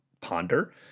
ponder